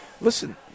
Listen